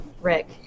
Rick